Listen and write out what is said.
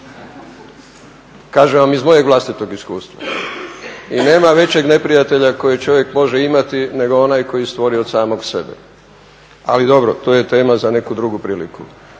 kažem vam iz mojeg vlastitog iskustva i nema većeg neprijatelja kojeg čovjek može imati nego onaj koji stvori od samog sebe, ali dobro to je tema za neku drugu priliku.